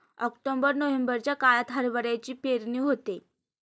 October नोव्हेंबरच्या काळात हरभऱ्याची पेरणी होते